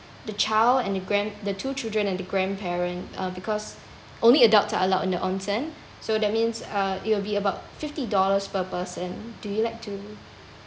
the child and the grand~ the two children and grandparent uh because only adults are allowed in the onsen so that means uh it will be about fifty dollars per person do you like to